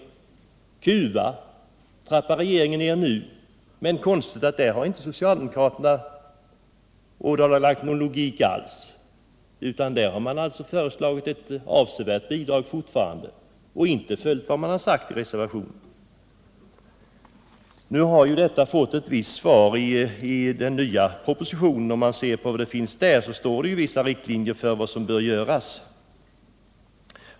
Biståndet till Cuba vill regeringen nu trappa ned, men i det fallet har socialdemokraterna inte ådagalagt någon logik alls utan föreslagit att ett avsevärt bidrag fortfarande skall utgå. De följer alltså inte vad de säger i reservationen. I den nya propositionen anges vilka riktlinjer som bör följas.